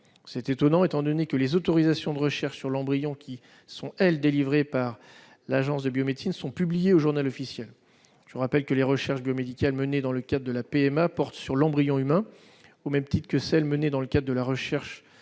C'est d'autant plus étonnant que les autorisations de recherche sur l'embryon qui sont, elles, délivrées par l'Agence de la biomédecine, sont publiées au. Je vous rappelle que les recherches biomédicales menées dans le cadre d'une PMA portent sur l'embryon humain, au même titre que celles qui sont menées dans le cadre de la recherche